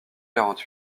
quarante